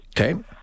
Okay